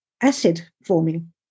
acid-forming